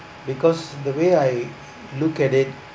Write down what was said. because the way I look at it